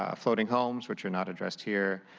ah floating homes, which are not addressed here.